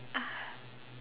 ah